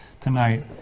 tonight